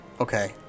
Okay